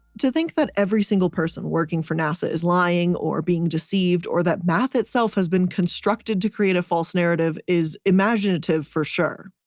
to think that every single person working for nasa is lying or being deceived or that math itself has been constructed to create a false narrative is imaginative for sure.